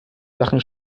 sachen